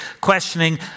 questioning